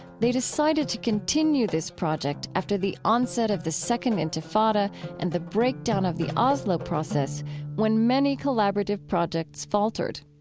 they decided to continue this project after the onset of the second intifada and the breakdown of the oslo process when many collaborative projects faltered